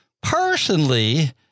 personally